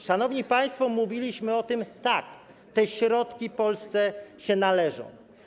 Szanowni państwo, mówiliśmy: tak, te środki Polsce się należą.